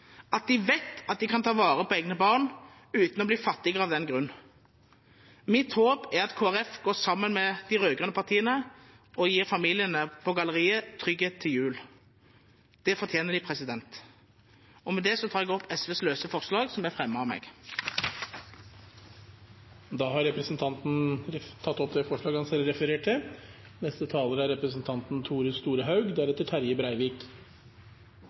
at de vet at de kan ta vare på egne barn uten å bli fattigere av den grunn. Mitt håp er at Kristelig Folkeparti går sammen med de rød-grønne partiene og gir familiene på galleriet trygghet til jul. Det fortjener de. Med det tar jeg opp SVs løse forslag. Representanten Eirik Faret Sakariassen har tatt opp det forslaget han refererte til. Pleiepengeordninga er